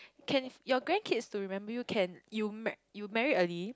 can your grandkids to remember you can you marr~ you married early